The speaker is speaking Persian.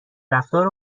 رفتار